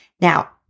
Now